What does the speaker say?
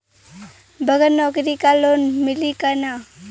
बगर नौकरी क लोन मिली कि ना?